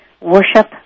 Worship